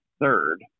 third